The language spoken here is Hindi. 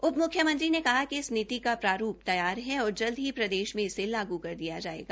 उप म्ख्यमंत्री ने कहा कि इस नीति का प्रारूप तैयार है और जल्द ही प्रदेश में इसे लागू कर दिया जायेगा